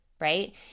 right